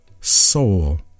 soul